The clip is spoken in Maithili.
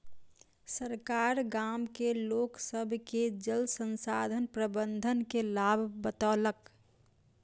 सरकार गाम के लोक सभ के जल संसाधन प्रबंधन के लाभ बतौलक